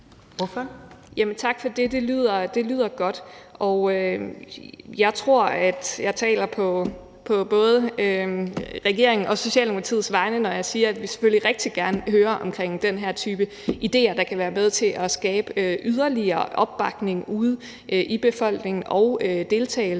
(S): Tak for det. Det lyder godt. Og jeg tror, at jeg taler på både regeringens og Socialdemokratiets vegne, når jeg siger, at vi selvfølgelig rigtig gerne vil høre om den her type idéer, der kan være med til at skabe yderligere opbakning ude i befolkningen og deltagelse